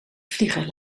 vlieger